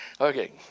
Okay